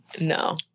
No